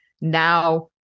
Now